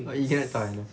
but he had fun